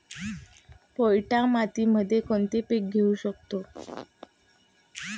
पोयटा मातीमध्ये कोणते पीक घेऊ शकतो?